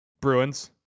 Bruins